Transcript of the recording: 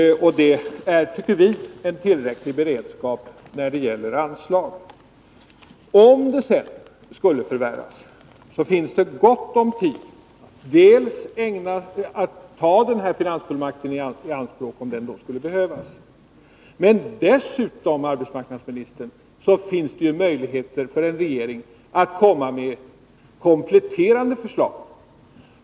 Det är, enligt vår mening, en tillräcklig beredskap när det gäller anslag. Om läget skulle förvärras, finns det gott om tid för att ta finansfullmakten i anspråk, och dessutom, herr arbetsmarknadsminister, finns det ju möjligheter för en regering att komma med kompletterande förslag.